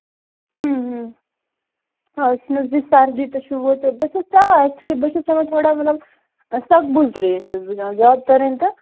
اَز چھُنہٕ حظ یہِ سردی تہٕ چھُ ہُہ بہٕ چھَس ترٛاوان اٮ۪کچُؤلی بہٕ چھَس ترٛاوان مطلب تھوڑا سۅکھ بُل ترٛیش چھَس بہٕ چٮ۪وان زیادٕ تٔرٕنۍ تہٕ